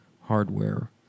hardware